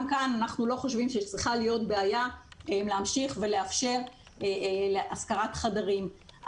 גם כאן אנחנו לא חושבים שצריכה להיות בעיה להמשיך ולאפשר השכרת חדרים.